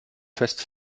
fest